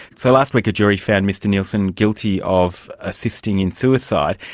so, last week a jury found mr nielsen guilty of assisting in suicide,